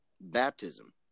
baptism